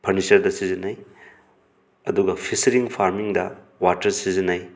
ꯐꯔꯅꯤꯆꯔꯗ ꯁꯤꯖꯤꯟꯅꯩ ꯑꯗꯨꯒ ꯐꯤꯁꯔꯤꯡ ꯐꯥꯔꯃꯤꯡꯗ ꯋꯥꯇꯔ ꯁꯤꯖꯤꯟꯅꯩ